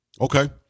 Okay